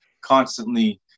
constantly